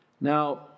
Now